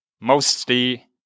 mostly